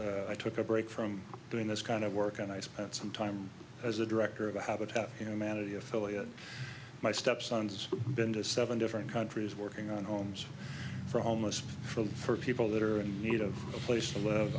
once i took a break from doing this kind of work and i spent some time as a director of a habitat you know manatee affiliate my stepson's been to seven different countries working on homes for homeless for people that are in need of a place to live